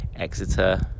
Exeter